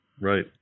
right